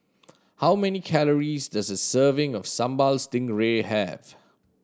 how many calories does a serving of Sambal Stingray have